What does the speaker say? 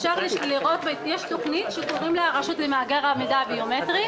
יש תוכנית שקוראים לה "הרשות למאגר המידע הביומטרי",